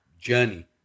journey